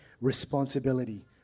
responsibility